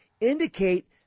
indicate